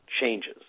changes